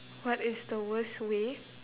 what is the worst way